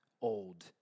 old